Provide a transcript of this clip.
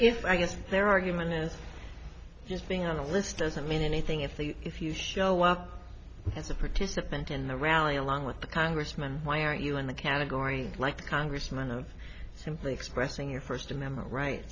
if i guess their argument is just being on a list doesn't mean anything if they if you as a participant in the rally along with the congressman why are you in the category like congressman of simply expressing your first amendment right